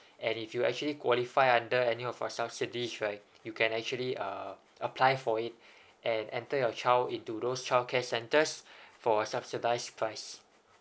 and if you actually qualify under any of our subsidies right you can actually uh apply for it and enter your child into those childcare centers for subsidise price